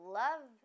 love